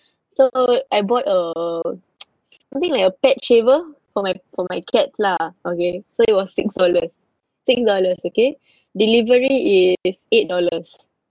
so I bought a something like a pet shaver for my for my cats lah okay so it was six dollars six dollars okay delivery is eight dollars